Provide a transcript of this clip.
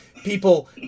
people